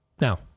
Now